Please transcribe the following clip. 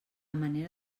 manera